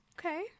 okay